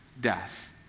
death